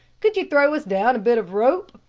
could you throw us down a bit of rope?